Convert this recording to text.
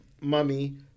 mummy